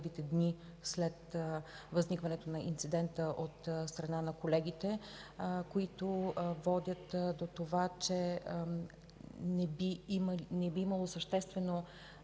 след възникването на инцидента от страна на колегите, които водят до това, че не би имало съществено